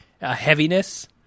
Heaviness